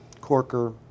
Corker